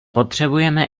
potřebujeme